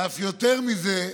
ואף יותר מזה,